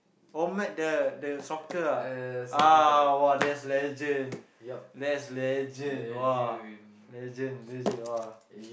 oh met the the soccer ah !wah! that's legend that's legend !wah! legend legit